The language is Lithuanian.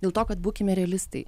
dėl to kad būkime realistai